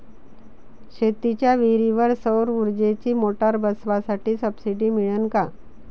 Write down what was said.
शेतीच्या विहीरीवर सौर ऊर्जेची मोटार बसवासाठी सबसीडी मिळन का?